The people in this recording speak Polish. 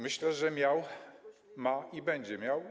Myślę, że miał, ma i będzie miał.